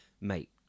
mate